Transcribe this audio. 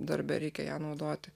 darbe reikia ją naudoti